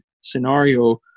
scenario